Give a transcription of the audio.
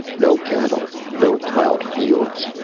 no cattle, no plowed fields,